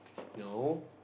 no